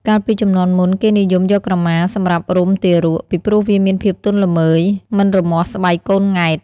កាលពីជំនាន់មុន គេនិយមយកក្រមាសម្រាប់រុំទារក ពីព្រោះវាមានភាពទន់ល្មើយ មិនរមាស់ស្បែកកូនង៉ែត។